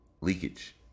leakage